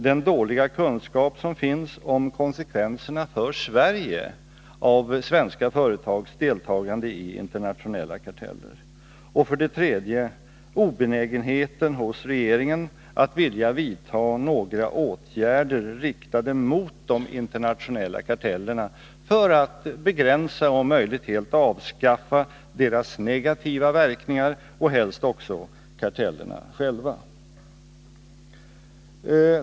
Den dåliga kunskap som finns om konsekvenserna för Sverige av svenska företags deltagande i internationella karteller. 3. Obenägenheten hos regeringen att vilja vidta några åtgärder, riktade mot de internationella kartellerna, för att begränsa och om möjligt helt avskaffa deras negativa verkningar och helst också kartellerna själva.